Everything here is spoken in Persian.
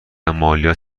مالیات